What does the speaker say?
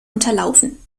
unterlaufen